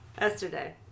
Yesterday